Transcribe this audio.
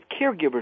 caregivers